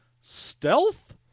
stealth